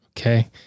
Okay